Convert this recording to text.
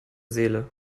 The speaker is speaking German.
seele